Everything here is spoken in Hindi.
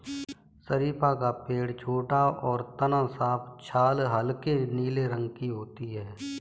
शरीफ़ा का पेड़ छोटा और तना साफ छाल हल्के नीले रंग की होती है